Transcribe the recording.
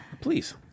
please